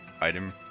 item